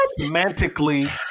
semantically